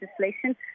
legislation